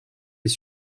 des